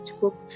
book